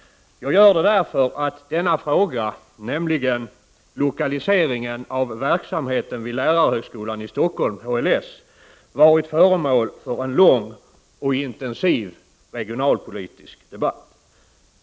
Jag gör det därför att denna fråga, som gäller lokaliseringen av verksamheten vid lärarhögskolan i Stockholm, HLS, varit föremål för en lång och intensiv regionalpolitisk debatt.